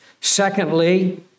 Secondly